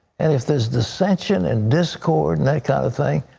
and if there is dissention and discord and that kind of thing,